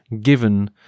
given